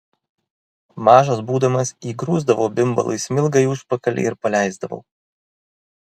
mažas būdamas įgrūsdavau bimbalui smilgą į užpakalį ir paleisdavau